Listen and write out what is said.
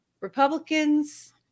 Republicans